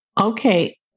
okay